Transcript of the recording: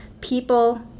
People